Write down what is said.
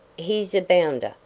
he's a bounder,